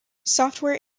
software